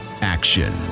Action